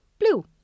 blue